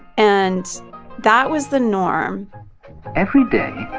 and that was the norm every day,